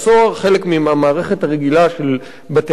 חלק מהמערכת הרגילה של בתי-הסוהר.